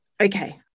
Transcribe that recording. okay